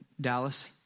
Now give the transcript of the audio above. Dallas